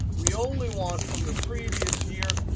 we only want from the previous year,